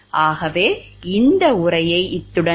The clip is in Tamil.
நன்றி